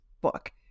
book